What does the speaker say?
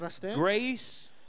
grace